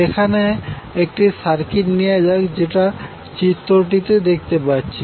এখানে একটা সার্কিট নেওয়া যাক যেটা চিত্রটিতে দেখতে পাচ্ছি